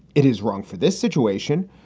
it is wrong for this situation.